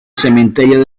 cementerio